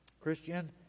christian